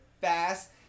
fast